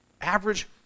Average